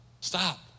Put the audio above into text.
Stop